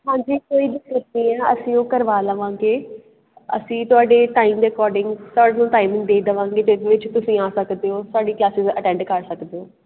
ਹਾਂਜੀ ਕੋਈ ਦਿੱਕਤ ਓ ਆ ਅਸੀਂ ਉਹ ਕਰਵਾ ਲਵਾਂਗੇ ਅਸੀਂ ਤੁਹਾਡੇ ਟਾਈਮ ਦੇ ਅਕੋਰਡਿੰਗ ਤੁਹਾਨੂੰ ਟਾਈਮਿੰਗ ਦੇ ਦੇਵਾਂਗੇ ਜਿਹਦੇ ਵਿੱਚ ਤੁਸੀਂ ਆ ਸਕਦੇ ਹੋ ਸਾਡੀ ਕਲਾਸਿਸ ਅਟੈਂਡ ਕਰ ਸਕਦੇ ਹੋ